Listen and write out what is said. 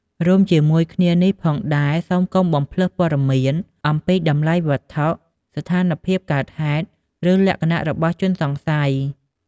រួមជាមួយគ្នានេះផងដែរ សូមកុំបំភ្លើសព័ត៌មាន អំពីតម្លៃវត្ថុ ស្ថានភាពកើតហេតុ ឬលក្ខណៈរបស់ជនសង្ស័យ។